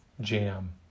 Jam